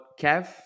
Kev